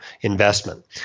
investment